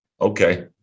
Okay